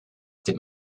dem